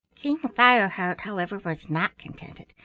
king fireheart, however, was not contented,